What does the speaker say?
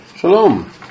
Shalom